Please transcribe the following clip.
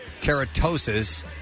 keratosis